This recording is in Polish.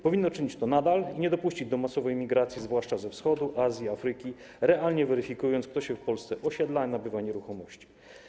Powinno czynić to nadal i nie dopuścić do masowej migracji, zwłaszcza ze Wschodu, z Azji, Afryki, realnie weryfikując kto się w Polsce osiedla, nabywa nieruchomości.